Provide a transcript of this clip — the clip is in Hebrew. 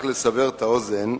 רק לסבר את האוזן,